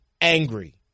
Angry